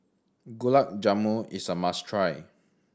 Gulab Jamun is a must try